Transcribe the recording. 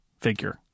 figure